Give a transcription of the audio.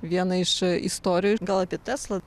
vieną iš istorijų gal apie taslą